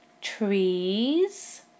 Trees